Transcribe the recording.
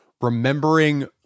remembering